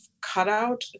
cutout